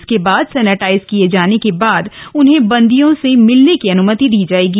इसके बाद सैनिटाइज किए जाने के बाद उन्हें बंदियों से मिलने की अनुमति दी जाएगी